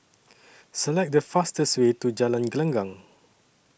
Select The fastest Way to Jalan Gelenggang